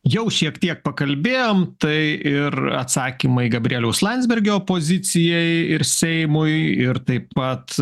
jau šiek tiek pakalbėjom tai ir atsakymai gabrieliaus landsbergio pozicijai ir seimui ir taip pat